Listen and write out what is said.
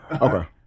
Okay